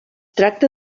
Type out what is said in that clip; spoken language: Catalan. tracta